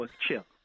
Chill